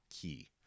key